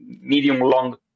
medium-long